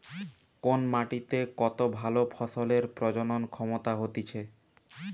কোন মাটিতে কত ভালো ফসলের প্রজনন ক্ষমতা হতিছে